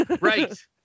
Right